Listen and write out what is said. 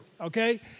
okay